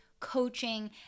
Coaching